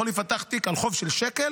יכול להיפתח תיק על חוב של שקל,